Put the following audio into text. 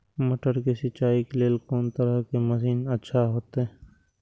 मटर के सिंचाई के लेल कोन तरह के मशीन अच्छा होते?